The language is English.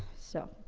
so,